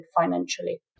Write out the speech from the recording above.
financially